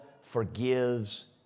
forgives